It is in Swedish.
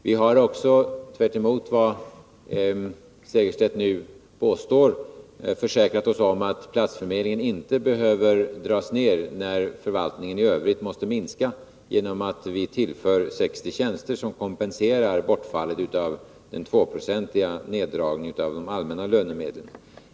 Vi har också — tvärtemot vad Martin Segerstedt påstår — försäkrat oss om att platsförmedlingen inte behöver dras ned när förvaltningen i övrigt måste minska — vi tillför 60 tjänster som kompenserar den 2-procentiga neddragningen av de allmänna lönemedlen.